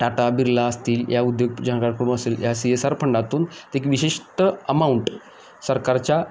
टाटा बिर्ला असतील या उद्योग ज्या कोन असतील या सी एस आर फंडातून एक विशिष्ट अमाऊंट सरकारच्या